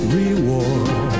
reward